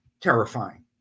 terrifying